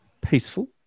peaceful